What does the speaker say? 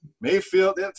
Mayfield